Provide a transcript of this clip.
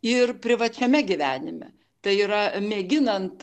ir privačiame gyvenime tai yra mėginant